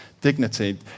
dignity